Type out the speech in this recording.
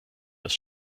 das